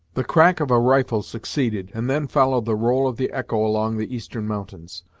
the crack of a rifle succeeded, and then followed the roll of the echo along the eastern mountains.